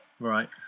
Right